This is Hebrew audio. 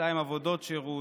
יצאה עם עבודות שירות,